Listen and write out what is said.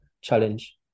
challenge